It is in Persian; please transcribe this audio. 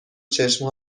چشم